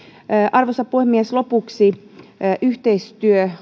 arvoisa puhemies lopuksi yhteistyö